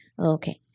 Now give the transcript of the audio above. Okay